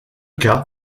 cas